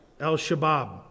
Al-Shabaab